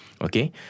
okay